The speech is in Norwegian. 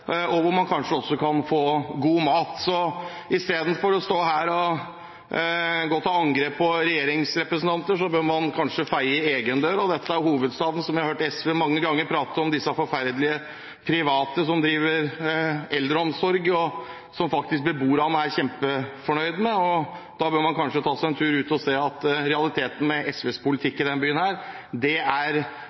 arenaer, hvor man kanskje også kan få god mat. Istedenfor å stå her og gå til angrep på regjeringsrepresentanter bør man kanskje feie for egen dør. Dette er i hovedstaden, hvor vi mange ganger har hørt SV prate om disse forferdelige private som driver eldreomsorg, men som faktisk beboerene er kjempefornøyd med. Da bør man kanskje ta seg en tur ut og se at realiteten med SVs politikk i denne byen er dårligere kvalitet og færre ansatte. Det